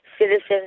Citizens